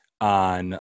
on